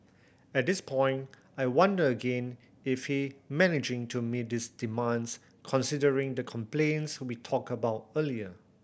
at this point I wonder again if he managing to meet these demands considering the complaints we talked about earlier